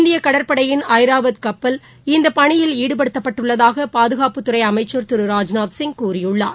இந்திய கடற்படையின் ஐராவத் கப்பல் இந்த பணியில் ஈடுபடுத்தப்பட்டுள்ளதாக பாதுகாப்புத்துறை அமைச்சர் திரு ராஜ்நாத்சிங் கூறியுள்ளார்